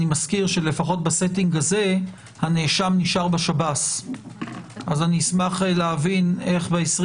לפחות בסטינג הזה הנאשם נשאר בשב"ס אז אשמח להבין איך ב-22